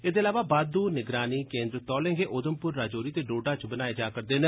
एह्दे इलावा बाददू निगरानी केन्द्र तौले गै उघमपुर राजौरी ते डोडा च बनाए जा करदे न